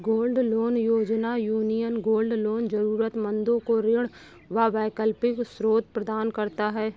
gold loan योजना, union gold loan जरूरतमंदों को ऋण का वैकल्पिक स्रोत प्रदान करता है